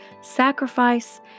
sacrifice